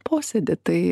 posėdį tai